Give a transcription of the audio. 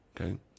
Okay